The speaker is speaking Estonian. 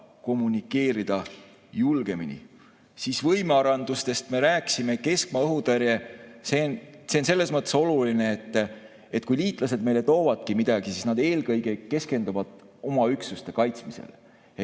kommunikeerida. Võimearendustest me rääkisime. Keskmaa õhutõrje on selles mõttes oluline, et kui liitlased meile toovadki midagi, siis nad eelkõige keskenduvad oma üksuste kaitsmisele.